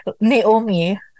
Naomi